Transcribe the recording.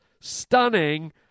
stunning